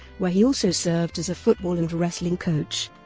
where he also served as a football and wrestling coach.